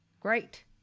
great